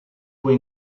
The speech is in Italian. poi